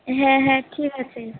হ্যাঁ হ্যাঁ ঠিক আছে